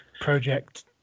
project